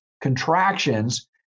contractions